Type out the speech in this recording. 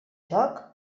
joc